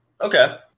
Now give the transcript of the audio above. Okay